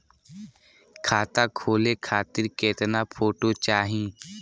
खाता खोले खातिर केतना फोटो चाहीं?